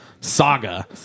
saga